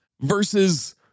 versus